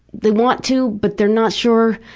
they want to but they're not sure,